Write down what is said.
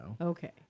Okay